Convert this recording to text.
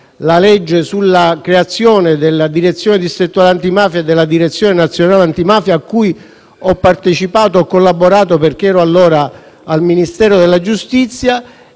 la legge sulla creazione della Direzione distrettuale antimafia e della Direzione nazionale antimafia, a cui ho partecipato e collaborato perché allora lavoravo al Ministero della giustizia.